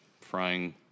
frying